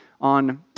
on